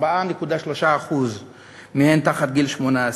4.3% מהן מתחת לגיל 18,